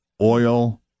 oil